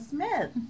Smith